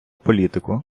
політику